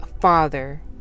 father